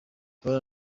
haruna